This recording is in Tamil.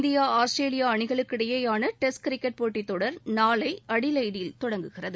இந்தியா ஆஸ்திரேலியா அணிகளுக்கிடையிலாள டெஸ்ட் கிரிக்கெட் போட்டித்தொடர் நாளை அடிலெய்டில் தொடங்குகிறது